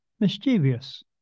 mischievous